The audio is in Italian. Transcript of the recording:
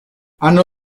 hanno